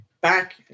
back